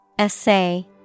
Essay